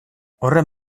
horren